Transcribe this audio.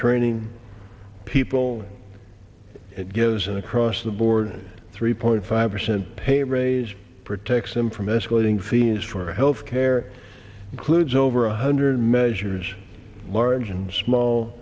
training people it gives an across the board three point five percent pay raise protects him from escalating fees for health care includes over one hundred measures large and small